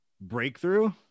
breakthrough